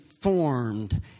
formed